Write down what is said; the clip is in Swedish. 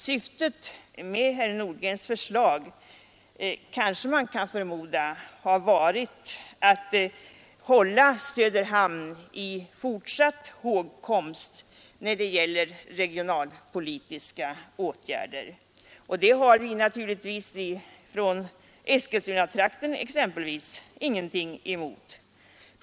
Syftet med herr Nordgrens förslag kan förmodas ha varit att hålla Söderhamn i fortsatt 127 hågkomst när det gäller regionalpolitiska åtgärder, och det har vi naturligtvis från t.ex. Eskilstunatrakten ingenting emot.